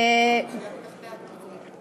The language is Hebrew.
גברתי היושבת-ראש,